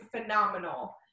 phenomenal